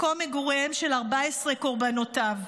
מקום מגוריהם של 14 מקורבנותיו.